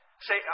Say